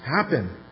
happen